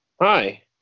hi